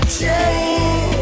change